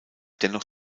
dennoch